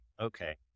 okay